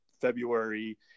february